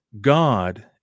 God